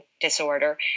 disorder